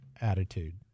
attitude